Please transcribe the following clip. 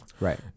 Right